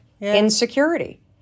insecurity